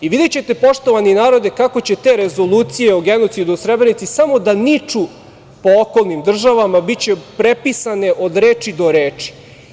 Videćete, poštovani narode, kako će te rezolucije o genocidu u Srebrenici samo da niču po okolnim državama, biće prepisane od reči do reči.